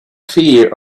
fear